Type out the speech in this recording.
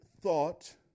thought